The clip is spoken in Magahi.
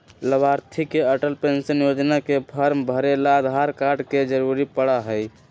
लाभार्थी के अटल पेन्शन योजना के फार्म भरे ला आधार कार्ड के जरूरत पड़ा हई